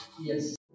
Yes